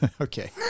okay